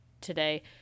today